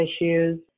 issues